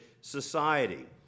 society